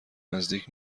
نزدیک